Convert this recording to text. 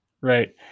Right